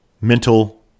mental